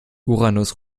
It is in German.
uranus